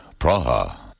Praha